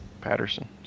Patterson